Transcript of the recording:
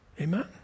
Amen